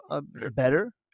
better